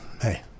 hey